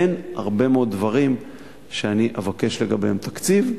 בין הרבה מאוד דברים שאני אבקש לגביהם תקציב.